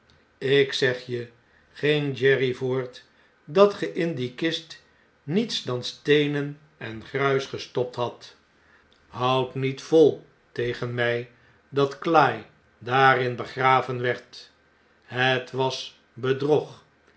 jk zeg je ging jerry voort dat ge in die kist niets dan steenen en gruis gestopt hadt houd niet vol tegen mij dat cly daarin begraven werd het was